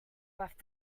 left